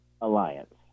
Alliance